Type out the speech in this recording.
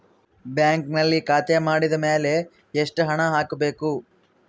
ಬ್ಯಾಂಕಿನಲ್ಲಿ ಖಾತೆ ಮಾಡಿದ ಮೇಲೆ ಎಷ್ಟು ಹಣ ಹಾಕಬೇಕು?